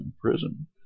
prison